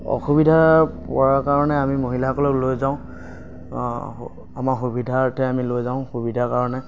অসুবিধাত পৰাৰ কাৰণে আমি মহিলাসকলক লৈ যাওঁ আমাৰ সুবিধাৰ্থে আমি লৈ যাওঁ সুবিধাৰ কাৰণে